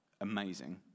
Amazing